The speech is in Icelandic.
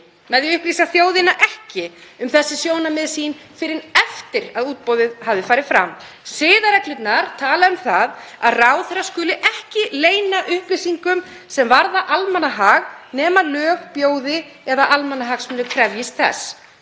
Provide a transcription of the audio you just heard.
að upplýsa þjóðina ekki um þessi sjónarmið sín fyrr en eftir að útboðið hafði farið fram? Siðareglurnar tala um að ráðherra skuli ekki leyna upplýsingum sem varða almannahag nema lög bjóði eða almannahagsmunir krefjist þess.